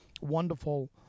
wonderful